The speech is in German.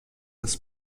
des